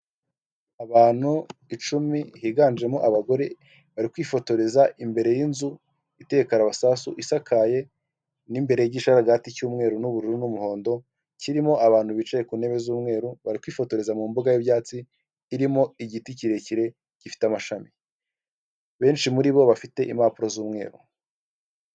Abantu icumi higanjemo abagore bari kwifotoreza imbere y'inzu ite karabasasu isakaye n'imbere y'igisharagati cy'umweru n'bururu n'umuhondo kirimo abantu bicaye ku ntebe z'umweru bari kwifotoreza mu mbuga y'ibyatsi irimo igiti kirekire gifite amashami menshi muri bo bafite impapuro z'umweru.